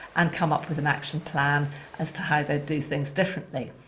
and come up with an action plan as to how they'd do things differently.